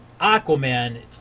Aquaman